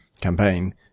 campaign